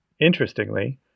Interestingly